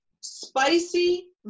Spicy